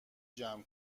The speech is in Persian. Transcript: جمع